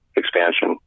expansion